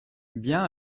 bien